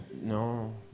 no